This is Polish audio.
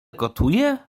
gotuje